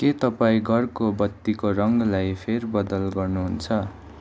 के तपाईँँ घरको बत्तीको रङलाई फेरबदल गर्नुहुन्छ